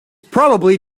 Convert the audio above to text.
probably